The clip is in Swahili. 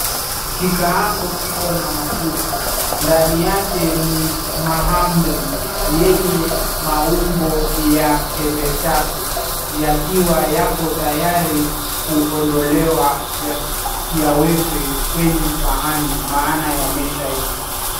Kikaango kiko na mafuta. Ndani yake ni mahamri yenye maumbo ya pembe tatu, yakiwa yapo tayari kuondolewa yawekwe kwenye sahani maana yameshaiva.